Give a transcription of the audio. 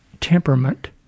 temperament